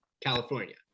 California